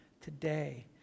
today